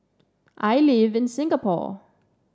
I live in Singapore